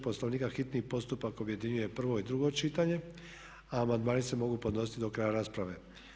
Poslovnika hitni postupak objedinjuje prvo i drugo čitanje, a amandmani se mogu podnositi do kraja rasprave.